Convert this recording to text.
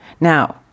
Now